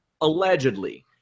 Allegedly